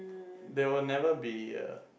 there will never be a